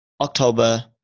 October